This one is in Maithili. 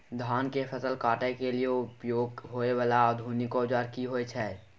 धान के फसल काटय के लिए उपयोग होय वाला आधुनिक औजार की होय छै?